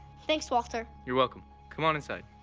thanks walter. you're welcome. come on inside.